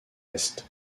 est